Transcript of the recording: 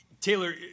Taylor